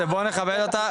ובוא נכבד אותה,